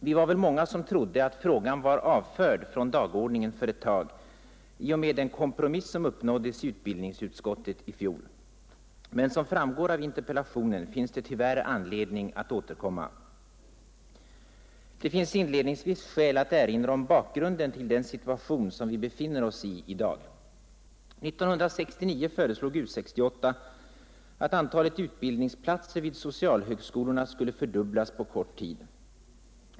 Vi var väl många som trodde att frågan var avförd från dagordningen för ett tag i och med den kompromiss som uppnåddes i utbildningsutskottet i fjol. Men som framgår av interpella tionen finns det tyvärr anledning att återkomma. Det finns inledningsvis skäl att erinra om bakgrunden till den situation som vi befinner oss i i dag. 1969 föreslog U 68 att antalet utbildningsplatser vid socialhögskolorna skulle fördubblas på kort tid.